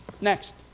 next